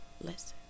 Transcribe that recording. listen